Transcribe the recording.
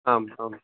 आम् आम्